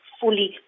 fully